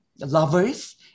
lovers